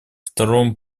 втором